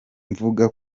mvuga